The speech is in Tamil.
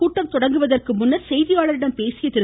கூட்டம் தொடங்குவதற்கு முன்னதாக செய்தியாளர்களிடம் பேசிய திரு